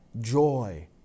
joy